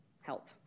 help